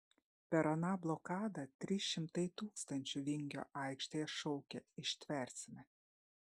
per aną blokadą trys šimtai tūkstančių vingio aikštėje šaukė ištversime